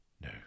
No